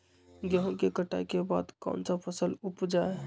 गेंहू के कटाई के बाद कौन सा फसल उप जाए?